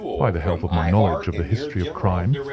by the help of my knowledge of the history of crime,